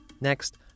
Next